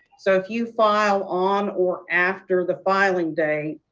so if you file on or after the filing day.